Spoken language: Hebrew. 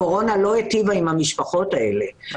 הקורונה לא היטיבה עם המשפחות האלה -- ברור.